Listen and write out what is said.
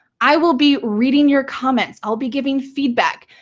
i will be reading your comments. i'll be giving feedback.